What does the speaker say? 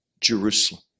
Jerusalem